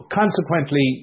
consequently